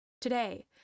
today